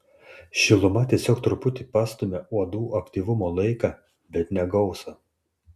šiluma tiesiog truputį pastumia uodų aktyvumo laiką bet ne gausą